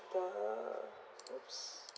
the !oops!